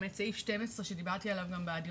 באמת סעיף 12 שדיברתי עליו גם בדיון